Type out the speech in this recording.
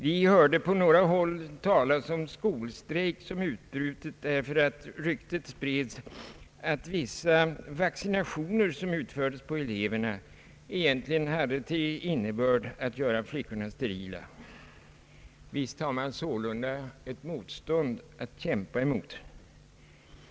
Vi hörde på några håll talas om skolstrejk som utbrutit därför att ryktet spreds, att vissa vaccinationer som utfördes på eleverna egentligen hade till syfte att göra flickorna sterila. Man har sålunda ett motstånd att kämpa emot.